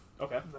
Okay